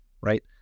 right